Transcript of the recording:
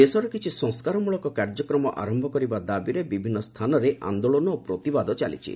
ଦେଶରେ କିଛି ସଂସ୍କାରମ୍ବଳକ କାର୍ଯ୍ୟକ୍ରମ ଆରମ୍ଭ କରିବା ଦାବିରେ ବିଭିନ୍ନ ସ୍ଥାନରେ ଆନ୍ଦୋଳନ ଓ ପ୍ରତିବାଦ ଚାଲିଛି